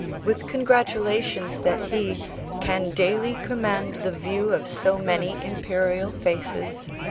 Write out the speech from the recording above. with congratulations that he can daily command the view of so many imperial faces,